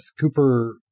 Cooper